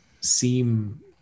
seem